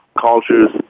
cultures –